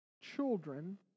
children